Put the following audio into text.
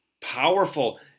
powerful